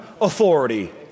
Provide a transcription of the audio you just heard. authority